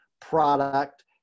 product